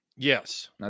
Yes